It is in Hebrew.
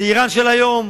זה אירן של היום,